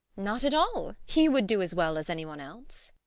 not at all. he would do as well as anyone else.